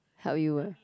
help you ah